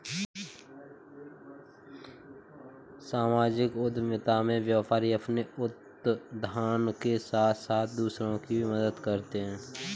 सामाजिक उद्यमिता में व्यापारी अपने उत्थान के साथ साथ दूसरों की भी मदद करते हैं